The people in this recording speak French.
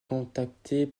contacté